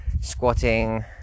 squatting